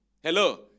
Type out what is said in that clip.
Hello